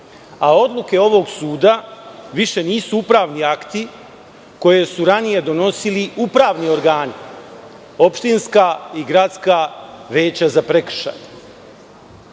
a odluke ovog suda više nisu upravni akti koje su ranije donosili upravni organi – opštinska i gradska veća za prekršaje,